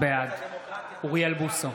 בעד אוריאל בוסו,